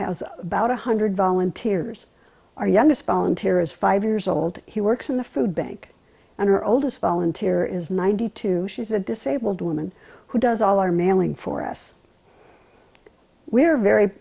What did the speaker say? has about a hundred volunteers our youngest fonterra is five years old he works in the food bank and her oldest volunteer is ninety two she's a disabled woman who does all our mailing for us we are very